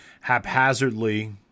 haphazardly